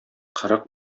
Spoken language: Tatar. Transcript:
кырык